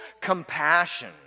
compassion